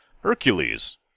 Hercules